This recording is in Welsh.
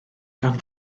gan